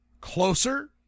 Closer